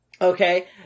Okay